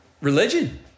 religion